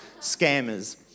scammers